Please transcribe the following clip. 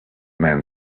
man